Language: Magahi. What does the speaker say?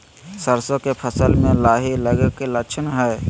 सरसों के फसल में लाही लगे कि लक्षण हय?